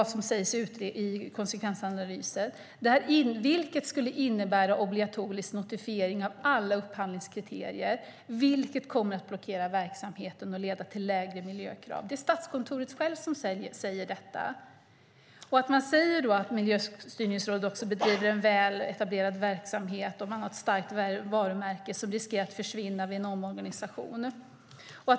Detta står i konsekvensanalysen. Det här skulle också innebära obligatorisk notifiering av alla upphandlingskriterier, vilket kommer att blockera verksamheten och leda till lägre miljökrav. Det är Statskontoret som skriver detta. Man säger att Miljöstyrningsrådet bedriver en väletablerad verksamhet med ett starkt varumärke som riskerar att försvinna vid en omorganisation.